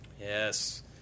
yes